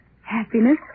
Happiness